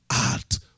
art